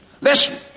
Listen